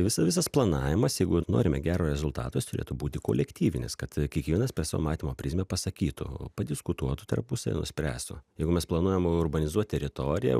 visa visas planavimas jeigu norime gero rezultato jis turėtų būti kolektyvinis kad kiekvienas per savo matymo prizmę pasakytų padiskutuotų tarpusavy nuspręstų jeigu mes planuojam urbanizuot teritoriją